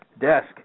desk